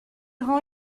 rend